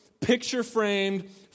picture-framed